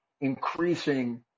increasing